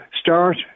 start